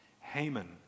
Haman